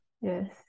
yes